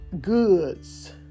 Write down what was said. goods